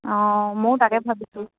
অঁ মইও তাকে ভাবিছোঁ